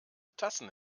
tassen